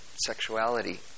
sexuality